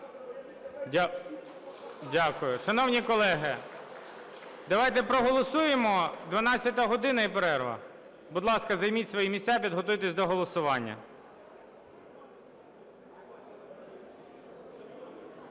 Дякую. Шановні колеги, давайте проголосуємо, 12-а година, і перерва. Будь ласка, займіть свої місця, підготуйтесь до голосування.